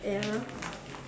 ya